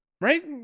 Right